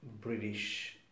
British